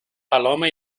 palomas